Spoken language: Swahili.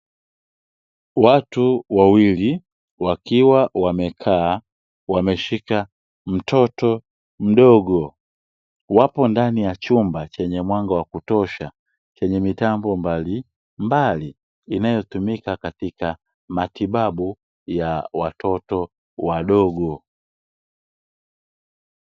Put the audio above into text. Watu wawili wakiwa wamekaa wameshika mtoto mdogo, wapo ndani ya chumba chenye mwanga wa kutosha chenye mitambo mbalimbali inayotumika katika matibabu ya watoto wadogo.